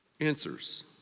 answers